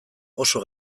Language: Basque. oso